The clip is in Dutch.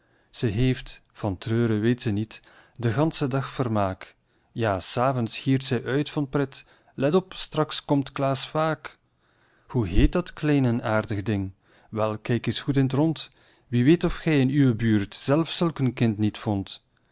ze heeft van treuren weet ze niet den ganschen dag vermaak ja s avonds giert zij uit van pret let op straks komt klaas vaak hoe heet dat klein en aardig ding wel kijk eens goed in t rond wie weet of gij in uwe buurt zelf zulk een kind niet vondt